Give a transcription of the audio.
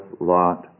lot